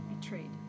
betrayed